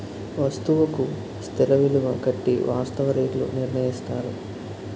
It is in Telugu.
వస్తువుకు స్థిర విలువ కట్టి వాస్తవ రేట్లు నిర్ణయిస్తారు